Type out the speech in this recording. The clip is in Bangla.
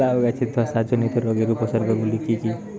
লাউ গাছের ধসা জনিত রোগের উপসর্গ গুলো কি কি?